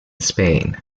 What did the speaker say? spain